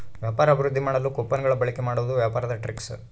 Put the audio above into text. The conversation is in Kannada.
ವ್ಯಾಪಾರ ಅಭಿವೃದ್ದಿ ಮಾಡಲು ಕೊಪನ್ ಗಳ ಬಳಿಕೆ ಮಾಡುವುದು ವ್ಯಾಪಾರದ ಟ್ರಿಕ್ಸ್